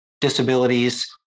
disabilities